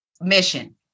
mission